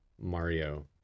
Mario